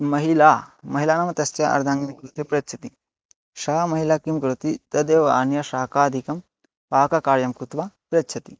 महिला महिला नाम तस्य अर्धाङ्गिन्याः कृते पृच्छति सा महिला किं करोति तदेव आनीय शाकादिकं पाककार्यं कृत्वा प्रयच्छति